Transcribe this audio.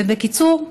ובקיצור,